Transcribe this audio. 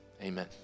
Amen